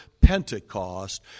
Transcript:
Pentecost